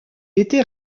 était